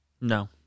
No